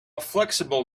flexible